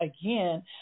Again